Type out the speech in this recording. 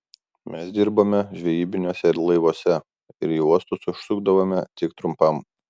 mes dirbome žvejybiniuose laivuose ir į uostus užsukdavome tik trumpam